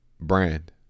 brand